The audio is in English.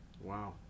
Wow